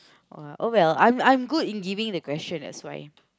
oh well I'm good at giving the question that's why